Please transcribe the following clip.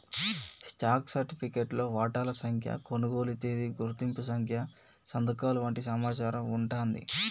stock సర్టిఫికేట్లో వాటాల సంఖ్య, కొనుగోలు తేదీ, గుర్తింపు సంఖ్య సంతకాలు వంటి సమాచారం వుంటాంది